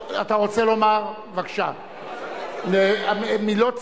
בבקשה, מילות סיכום,